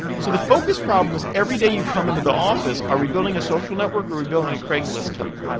so the focus problem was every day you'd come into the office, are we building a social network or are we building a craigslist killer?